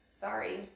sorry